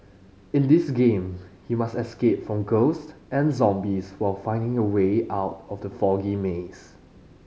in this game you must escape from ghost and zombies while finding your way out from the foggy maze